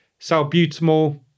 salbutamol